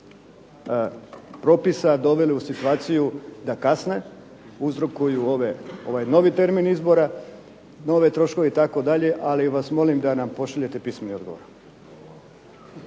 propisa doveli u situaciju da kasne, uzrokuju ovaj novi termin izbora, nove troškove itd., ali vas molim da nam pošaljete pismeni odgovor.